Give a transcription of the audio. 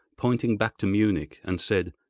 pointing back to munich, and said,